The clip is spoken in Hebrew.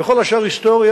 וכל השאר היסטוריה,